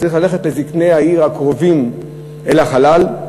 צריך ללכת לזקני העיר הקרובה אל החלל,